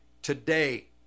today